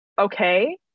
Okay